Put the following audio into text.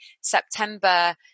September